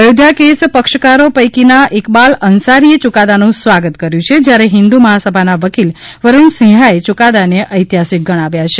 Ayodhya case પક્ષકારો પૈકીના ઇકબાલ અન્સારીએ યુકાદાનું સ્વાગત કર્યુ છે જયારે હિંદુ મહાસભાના વકીલ વરૂણ સિંહાએ યુકાદાને ઐતિહાસીક ગણાવ્યા છે